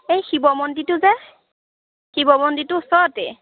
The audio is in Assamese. এই শিৱ মন্দিৰটো যে শিৱ মন্দিৰটোৰ ওচৰতে